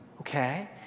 Okay